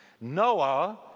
Noah